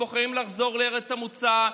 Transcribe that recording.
לחזור לארץ המוצא,